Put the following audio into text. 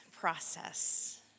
process